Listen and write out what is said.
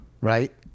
Right